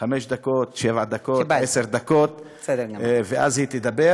חמש דקות, שבע דקות, עשר דקות, ואז היא תדבר.